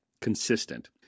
consistent